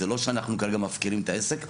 זה לא שאנחנו כרגע מפקירים את העסק.